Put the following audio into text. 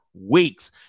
weeks